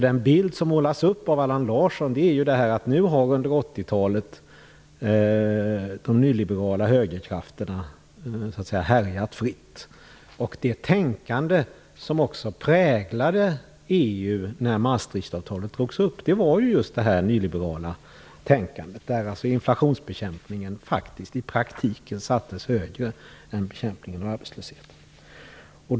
Den bild som målas upp av Allan Larsson är att de nyliberala högerkrafterna har härjat fritt under 80-talet. Det tänkande som också präglade EU när Maastrichtavtalet drogs upp var just detta nyliberala tänkande, där inflationsbekämpningen i praktiken sattes högre än bekämpningen av arbetslösheten.